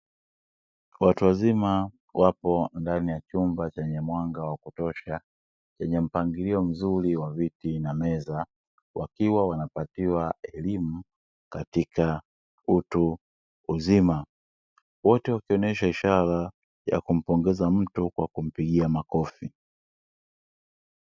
Watu wazima wapo ndani ya chumba chenye mwanga kutosha chenye mpangilio mzuri wa viti na meza wakiwa wanapatiwa elimu katika utu uzima. Wote wakionesha ishara ya kumpongeza mtu kwa kumpigia makofi.